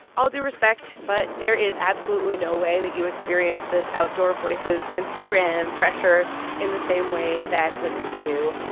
all due respect, but there is absolutely no way that you experience this outdoor voices instagram pressure in the same way that women do.